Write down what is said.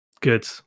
Good